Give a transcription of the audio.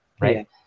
right